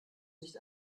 nicht